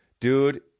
Dude